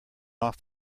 off